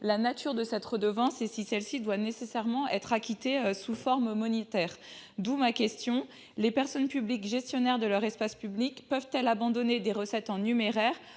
la nature de cette redevance ni si celle-ci doit nécessairement être acquittée sous forme monétaire. Aussi, les personnes publiques gestionnaires de leur espace public peuvent-elles abandonner des recettes en numéraire